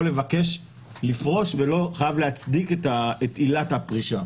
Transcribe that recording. לבקש לפרוש ולא חייב להציג את עילת הפרישה.